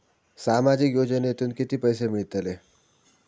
सामाजिक योजनेतून किती पैसे मिळतले?